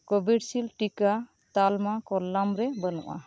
Covid ᱥᱤᱞ ᱴᱤᱠᱟ ᱛᱟᱞᱢᱟ ᱠᱚᱞᱟᱢ ᱨᱮ ᱵᱟᱹᱱᱩᱜᱼᱟ